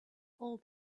all